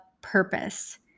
purpose